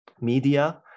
media